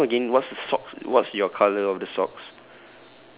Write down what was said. uh may I know again what's the socks what's your colour of the socks